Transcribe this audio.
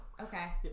Okay